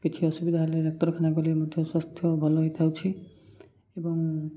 କିଛି ଅସୁବିଧା ହେଲେ ଡାକ୍ତରଖାନା କଲେ ମଧ୍ୟ ସ୍ୱାସ୍ଥ୍ୟ ଭଲ ହେଇଥାଉଛି ଏବଂ